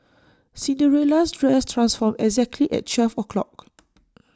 Cinderella's dress transformed exactly at twelve o'clock